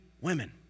women